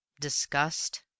Disgust